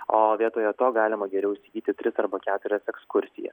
o vietoje to galima geriau įsigyti tris arba keturias ekskursijas